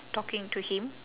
talking to him